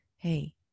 Hey